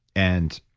and